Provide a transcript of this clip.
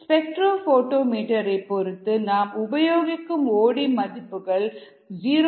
spectro photometer ஐ பொருத்து நாம் உபயோகிக்கும் ஓ டி மதிப்புகள் 0